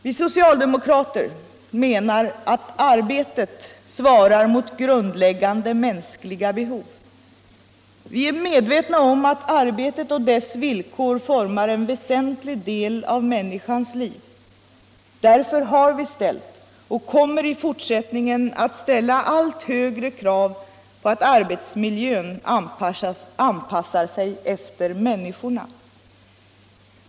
Vi socialdemokrater menar att arbetet svarar mot grundläggande mänskliga behov. Vi är medvetna om att arbetet och dess villkor formar en väsentlig del av människans liv. Därför har vi ställt och kommer i fortsättningen att ställa allt högre krav på att arbetsmiljön anpassar sig efter människorna.